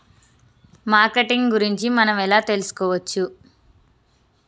Marketing గురించి మనం ఎలా తెలుసుకోవచ్చు?